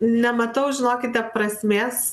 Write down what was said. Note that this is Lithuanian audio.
nematau žinokite prasmės